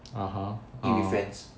(uh huh) orh